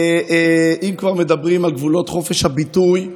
אם כבר מדברים על גבולות חופש הביטוי,